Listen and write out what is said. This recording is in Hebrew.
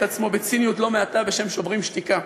עצמו בציניות לא מעטה בשם "שוברים שתיקה".